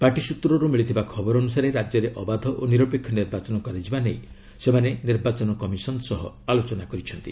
party ସ୍ୱତ୍ରରୁ ମିଳିଥିବା ଖବର ଅନୁସାରେ ରାଜ୍ୟରେ ଅବାଧ ଓ ନିରପେକ୍ଷ ନିର୍ବାଚନ କରାଯିବା ନେଇ ସେମାନେ ନିର୍ବାଚନ କମିଶନ ସହ ଆଲୋଚନା କରିଛନ୍ତି